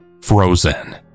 frozen